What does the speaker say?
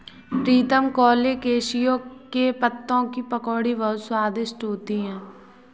प्रीतम colocasia के पत्तों की पकौड़ी बहुत स्वादिष्ट होती है